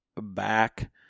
back